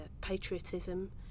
patriotism